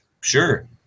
Sure